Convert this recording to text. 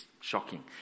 shocking